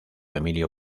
emilio